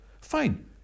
Fine